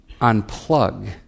unplug